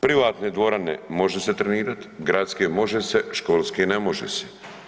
Privatne dvorane, može se trenirati, gradske može se, školske, ne može se.